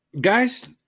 guys